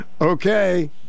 Okay